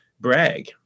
brag